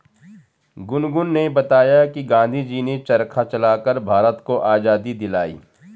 गुनगुन ने बताया कि गांधी जी ने चरखा चलाकर भारत को आजादी दिलाई